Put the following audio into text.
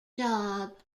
job